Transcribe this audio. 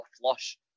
flush